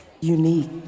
unique